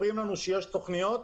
מספרים לנו שיש תוכניות.